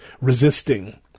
resisting